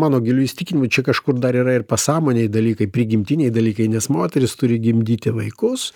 mano giliu įsitikinimu čia kažkur dar yra ir pasąmonėj dalykai prigimtiniai dalykai nes moterys turi gimdyti vaikus